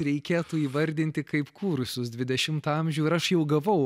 reikėtų įvardinti kaip kūrusius dvidešimtą amžių ir aš jau gavau